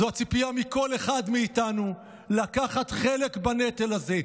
זו הציפייה מכל אחד מאיתנו, לקחת חלק בנטל הזה.